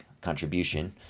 contribution